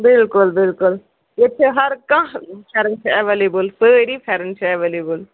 بلکُل بلکُل ییٚتہِ چھِ ہر کانٛہہ پھٮ۪رن چھِ ایولیبل سٲری پھٮ۪رن چھِ اٮ۪ولیبل